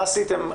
מה עשיתם?